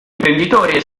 imprenditore